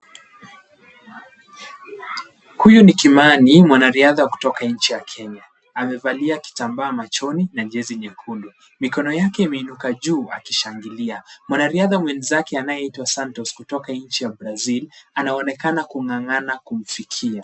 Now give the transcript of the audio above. Huyu ni Kimani, mwanariadha kutoka nchi ya Kenya. Amevalia kitambaa machoni na jezi nyekundu. Mikono yake imeinuka juu akishangilia. Mwanariadha mwenzake anayeitwa Santoz kutoka nchi ya Brazil, anaonekana kung'ang'ana kumfikia.